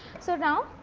so, now,